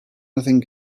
nothing